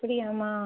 அப்படியாமா